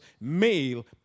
male